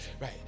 right